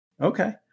Okay